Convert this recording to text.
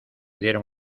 dieron